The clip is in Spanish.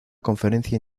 conferencia